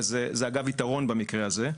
אגב זה יתרון במקרה הזה.